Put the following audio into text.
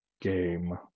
game